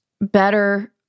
better